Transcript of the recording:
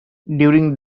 during